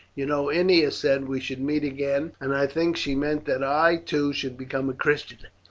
you know ennia said we should meet again, and i think she meant that i, too, should become a christian.